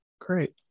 Great